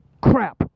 crap